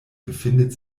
befindet